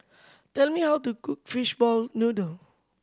tell me how to cook fishball noodle